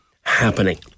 happening